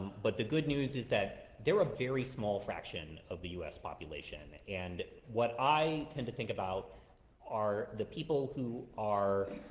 but the good news is that there were a very small fraction of the u s population. and what i tend to think about are the people who are,